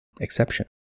exception